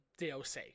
DLC